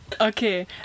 Okay